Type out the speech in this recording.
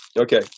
okay